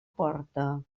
porta